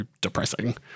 depressing